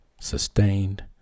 sustained